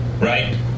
Right